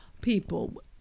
people